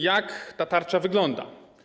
Jak ta tarcza wygląda?